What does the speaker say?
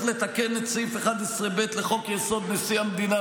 לתקן את סעיף 11(ב) לחוק-יסוד: נשיא המדינה,